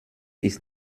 ist